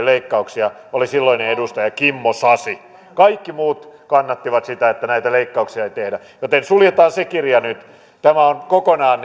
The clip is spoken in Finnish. leikkauksia oli silloinen edustaja kimmo sasi kaikki muut kannattivat sitä että näitä leikkauksia ei tehdä joten suljetaan se kirja nyt tämä on kokonaan